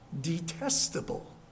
detestable